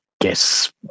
guess